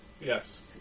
Yes